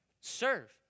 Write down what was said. Serve